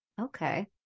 Okay